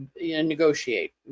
negotiate